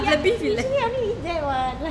usually I only eat that one